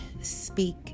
speak